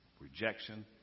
Rejection